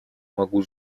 могу